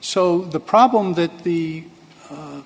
so the problem that the